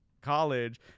college